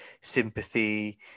sympathy